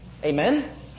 Amen